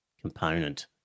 component